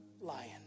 lion